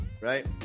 right